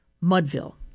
Mudville